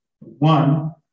one